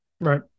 Right